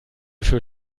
für